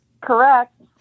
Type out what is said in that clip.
Correct